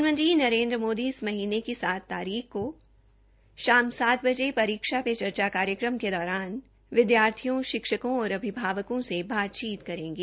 प्रधानमंत्री नरेन्द्र मोदी इस महीने की सात तारीख को शाम सात बजे परीक्षा पे चर्चा कार्यक्रम के दौरान विद्यार्थियों और अभिभावकों से बातचीत करेंगे